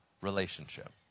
relationship